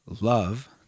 love